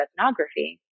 ethnography